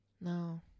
No